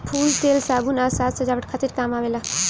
फूल तेल, साबुन आ साज सजावट खातिर काम आवेला